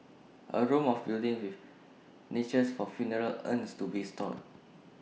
A room or building with niches for funeral urns to be stored